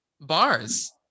bars